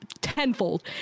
tenfold